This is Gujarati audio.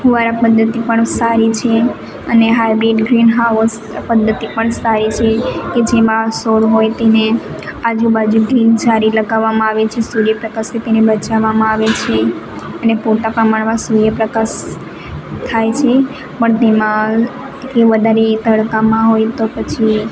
ફુવારા પદ્ધતિ પણ સારી છે અને હાઇબ્રિડ ગ્રીનહાઉસ પદ્ધતિ પણ સારી છે કે જેમાં છોડ હોય તેને આજુબાજુ ગ્રીન જાળી લગાવામાં આવે છે સૂર્યપ્રકાશથી તેને બચાવામાં આવે છે અને પૂરતા પ્રમાણે સૂર્યપ્રકાશ થાય છે પણ તેમાં એ વધારે તડકામાં હોય તો પછી